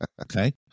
okay